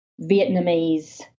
Vietnamese